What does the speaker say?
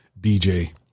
DJ